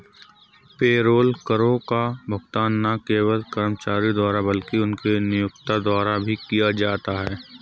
payroll करों का भुगतान न केवल कर्मचारी द्वारा बल्कि उनके नियोक्ता द्वारा भी किया जाता है